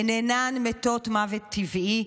הן אינן מתות מוות טבעי,